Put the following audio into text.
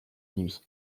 nuit